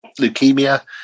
leukemia